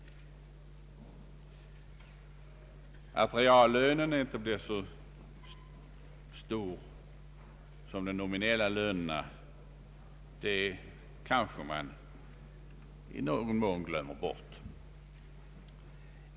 Att reallönen inte blir så stor som den nominella lönen, kanske man ofta glömmer bort.